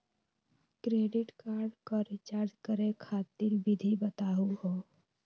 Credit card क recharge करै खातिर विधि बताहु हो?